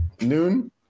noon